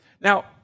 Now